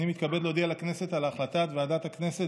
אני מתכבד להודיע לכנסת על החלטת ועדת הכנסת